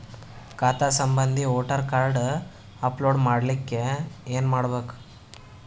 ಖಾತಾ ಸಂಬಂಧಿ voter card upload ಮಾಡಲಿಕ್ಕೆ ಏನ ಮಾಡಬೇಕು?